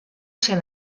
ser